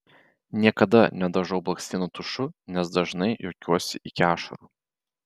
niekada nedažau blakstienų tušu nes dažnai juokiuosi iki ašarų